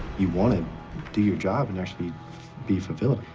you want to do your job and actually be fulfilled,